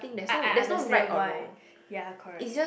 I I understand why ya correct